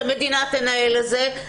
שהמדינה תנהל את זה,